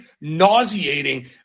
nauseating